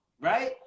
right